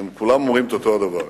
הם כולם אומרים את אותו הדבר.